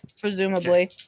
Presumably